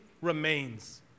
remains